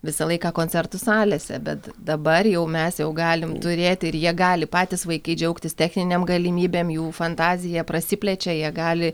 visą laiką koncertų salėse bet dabar jau mes jau galim turėti ir jie gali patys vaikai džiaugtis techninėm galimybėm jų fantazija prasiplečia jie gali